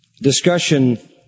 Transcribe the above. discussion